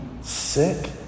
sick